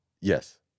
Yes